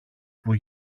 που